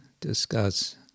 discuss